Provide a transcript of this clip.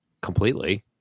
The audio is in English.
Completely